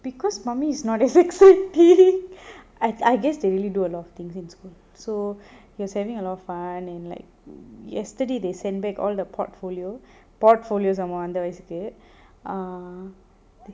because mummy is not as exciting I I guess they really do a lot of things in school so he having a lot of fun and like yesterday they send back all the portfolio portfolios some அந்த வயசுக்கு:antha vayasuku err